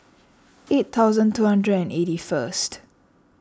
eight thousand two hundred and eighty first